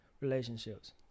relationships